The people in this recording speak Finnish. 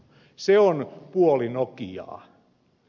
se on puoli nokiaa